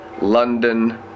London